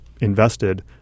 invested